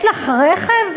יש לך רכב,